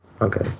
okay